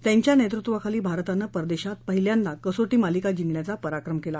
त्यांच्या नेतृत्वाखाली भारतानं परदेशात पहिल्यांदा कसोटी मालिका जिंकण्याचा पराक्रम केला